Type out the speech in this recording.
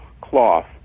cloth